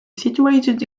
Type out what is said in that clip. situated